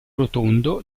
rotondo